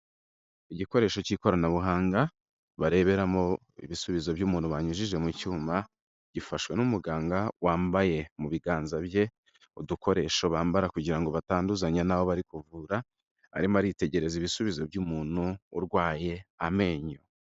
Igikoresho cy'ikoranabuhanga, bareberamo ibisubizo by'umuntu banyujije mu cyuma, gifashwe n'umuganga wambaye mu biganza bye udukoresho bambara kugira ngo batanduzanye nabo bari kuvura, arimo aritegereza ibisubizo by'umuntu urwaye amenyo.